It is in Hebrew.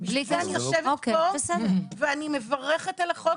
בגלל זה אני יושבת פה ואני מברכת על החוק.